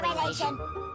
relation